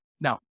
Now